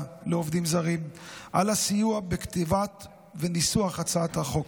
לעובדים זרים על הסיוע בכתיבת הצעת החוק